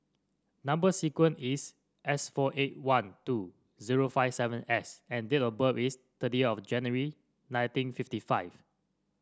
number sequence is S four eight one two zero five seven S and date of birth is thirty of January nineteen fifty five